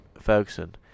Ferguson